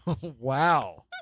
Wow